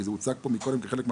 כי זה הוצג קודם כחלק מהבעיה,